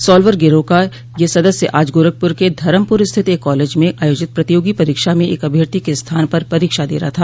solver गिरोह का यह सदस्य आज गोरखपुर के धरमपुर स्थित एक कालेज में आयोजित प्रतियोगी परीक्षा में एक अभ्यर्थी के स्थान पर परीक्षा दे रहा था